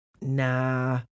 nah